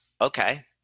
okay